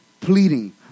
pleading